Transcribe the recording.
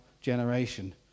generation